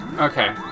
Okay